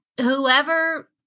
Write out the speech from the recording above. whoever—